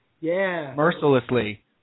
mercilessly